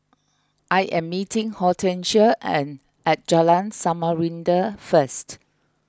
I am meeting Hortencia and at Jalan Samarinda first